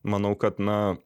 manau kad na